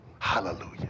Hallelujah